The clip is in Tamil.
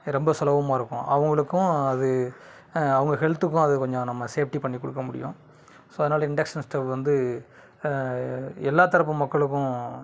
ரொம்ப சுலபமாக இருக்கும் அவங்களுக்கும் அது அவங்க ஹெல்த்துக்கும் அது கொஞ்சம் நம்ம சேஃப்ட்டி பண்ணிக்கொடுக்க முடியும் ஸோ அதனால் இண்டக்ஷன் ஸ்டவ் வந்து எல்லா தரப்பு மக்களுக்கும்